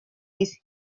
his